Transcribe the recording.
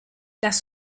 las